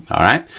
all right.